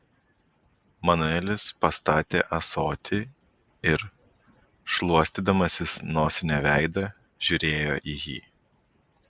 manuelis pastatė ąsotį ir šluostydamasis nosine veidą žiūrėjo į jį